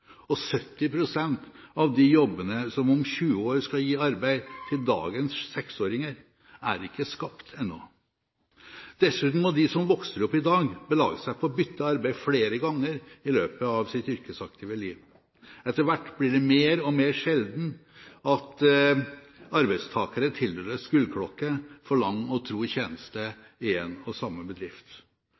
Og 70 pst. av de jobbene som om 20 år skal gi arbeid til dagens seksåringer, er ikke skapt ennå. Dessuten må de som vokser opp i dag, belage seg på å bytte arbeid flere ganger i løpet av sitt yrkesaktive liv. Etter hvert blir det mer og mer sjelden at arbeidstakere tildeles gullklokke for lang og tro tjeneste i en og samme bedrift.